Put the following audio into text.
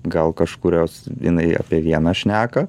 gal kažkurios jinai apie vieną šneka